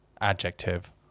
adjective